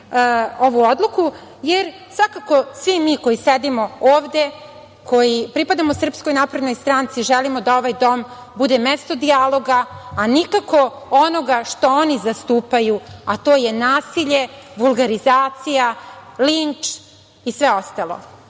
ovu odluku, jer svakako svi mi koji sedimo ovde, koji pripadamo SNS želimo da ovaj dom bude mesto dijaloga, a nikako onoga što oni zastupaju, a to je nasilje, vulgarizacija, linč i sve ostalo.